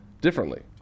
differently